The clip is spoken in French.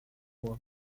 mois